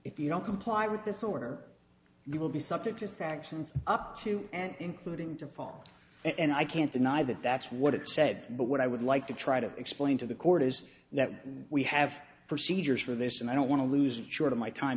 if you don't comply with this order you will be subject to sanctions up to and including to paul and i can't deny that that's what it said but what i would like to try to explain to the court is that we have procedures for this and i don't want to lose it short of my time